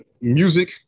music